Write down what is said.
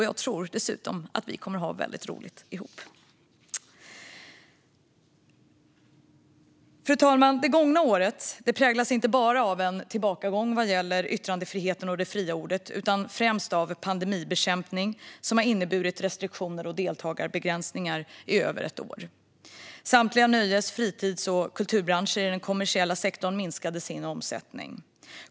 Jag tror dessutom att vi kommer att ha väldigt roligt ihop. Fru talman! Det gångna året präglas inte bara av en tillbakagång vad gäller yttrandefriheten och det fria ordet utan främst av pandemibekämpningen, som har inneburit restriktioner och deltagarbegränsningar i över ett år. Samtliga nöjes, fritids och kulturbranscher i den kommersiella sektorn minskade sin omsättning.